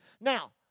Now